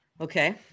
Okay